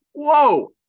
whoa